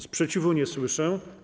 Sprzeciwu nie słyszę.